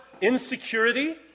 insecurity